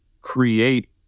create